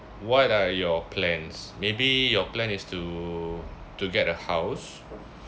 what are your plans maybe your plan is to to get a house